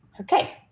okay,